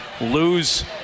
lose